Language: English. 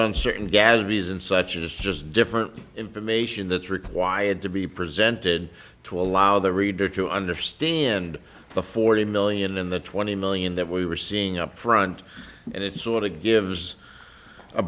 on certain gabby's and such it's just different information that's required to be presented to allow the reader to understand the forty million in the twenty million that we were seeing up front and it sort of gives a